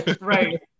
Right